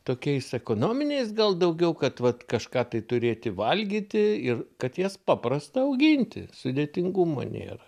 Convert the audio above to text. tokiais ekonominiais gal daugiau kad vat kažką tai turėti valgyti ir kad jas paprasta auginti sudėtingumo nėra